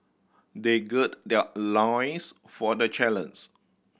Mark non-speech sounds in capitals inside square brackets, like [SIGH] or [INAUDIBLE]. they gird their loins for the [UNINTELLIGIBLE]